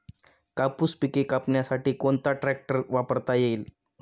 कापूस पिके कापण्यासाठी कोणता ट्रॅक्टर वापरता येईल?